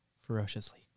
ferociously